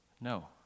No